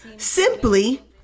Simply